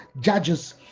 judges